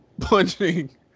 punching